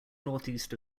northeast